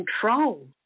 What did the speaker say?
control